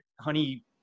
honey